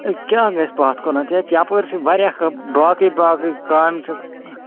اَے کیٛاہ گژھِ پَتھ کُنَتھ اَے یَپٲرۍ چھِ واریاہ کٲم باقٕے باقٕے کامہِ چھِکھ